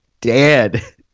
dead